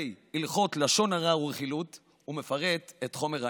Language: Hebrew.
הלכות לשון הרע ורכילות ומפרט את חומר העניין.